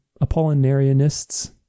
Apollinarianists